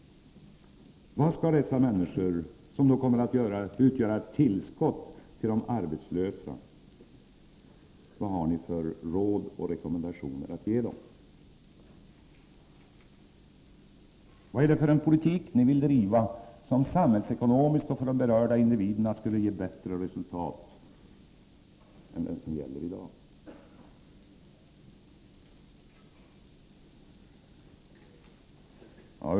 Vad har ni för råd och rekommendationer att ge dessa människor, som då kommer att utgöra ett tillskott till de arbetslösa? Vad är det för politik ni vill driva, som samhällsekonomiskt och för de berörda individerna skulle ge bättre resultat än dagens?